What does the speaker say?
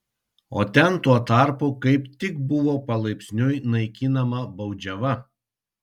o ten tuo tarpu kaip tik buvo palaipsniui naikinama baudžiava